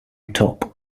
top